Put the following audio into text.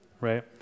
right